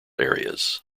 areas